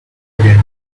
again